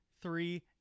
three